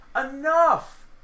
enough